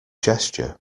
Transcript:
gesture